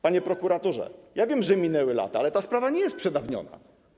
Panie prokuratorze, ja wiem, że minęły lata, ale ta sprawa nie jest przedawniona.